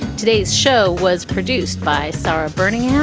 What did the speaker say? today's show was produced by sara berninger.